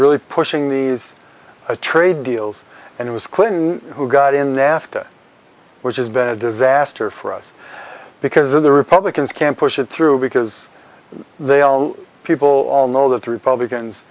really pushing these trade deals and it was clinton who got in there after which is been a disaster for us because the republicans can't push it through because they all people all know that the republicans